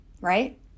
right